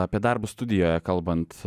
apie darbą studijoje kalbant